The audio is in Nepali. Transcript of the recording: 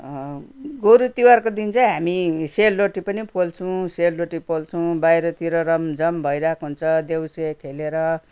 गोरु तिहारको दिन हामी सेलरोटी पनि पोल्छौँ सेलरोटि पोल्छौँ बाहिर तिर रमझम भइरहेको हुन्छ देउसे खेलेर